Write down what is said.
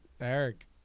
Eric